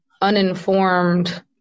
uninformed